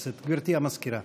המזכירה.